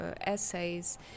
essays